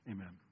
Amen